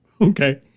Okay